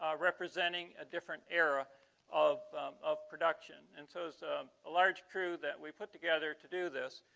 ah representing a different era of of production and so it's a large crew that we put together to do this